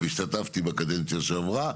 והשתתפתי בקדנציה שעברה,